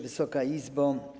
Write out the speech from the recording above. Wysoka Izbo!